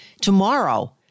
tomorrow